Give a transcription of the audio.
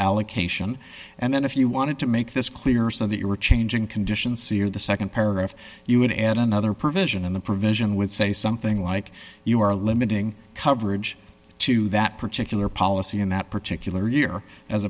allocation and then if you wanted to make this clear so that you were changing conditions c or the nd paragraph you would add another provision in the provision would say something like you are limiting coverage to that particular policy in that particular year as